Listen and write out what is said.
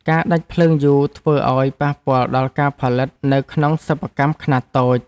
ការដាច់ភ្លើងយូរធ្វើឱ្យប៉ះពាល់ដល់ការផលិតនៅក្នុងសិប្បកម្មខ្នាតតូច។